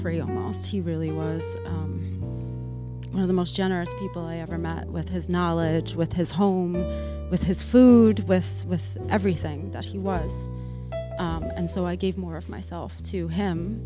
free oh yes he really was one of the most generous people i ever met with his knowledge with his home with his food with with everything that he was and so i gave more of myself to him